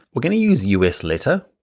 we are gonna use us letter,